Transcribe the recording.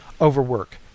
Overwork